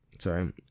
Sorry